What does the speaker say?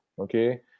okay